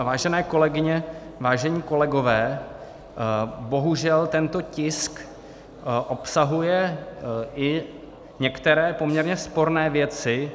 Vážené kolegyně, vážení kolegové, bohužel tento tisk obsahuje i některé poměrně sporné věci.